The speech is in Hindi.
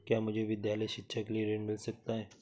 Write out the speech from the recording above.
क्या मुझे विद्यालय शिक्षा के लिए ऋण मिल सकता है?